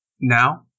Now